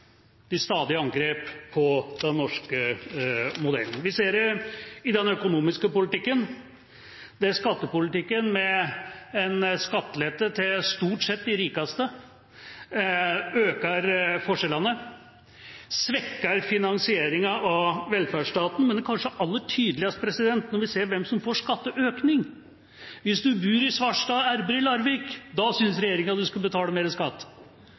skje ved stadige angrep på den norske modellen. Vi ser at den økonomiske politikken, at skattepolitikken, med en skattelette til, stort sett, de rikeste, øker forskjellene og svekker finansieringen av velferdsstaten, men det er kanskje aller tydeligst når vi ser hvem som får skatteøkning: Hvis en bor i Svarstad og arbeider i Larvik – da synes regjeringa en skal betale mer skatt.